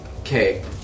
Okay